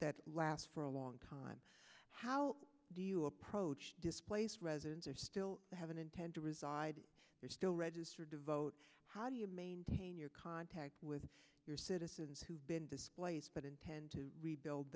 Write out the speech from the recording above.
that last for a long time how do you approach displaced residents are still have an intent to reside they're still registered to vote how do you maintain your contact with your citizens who have been displaced but intend to rebuild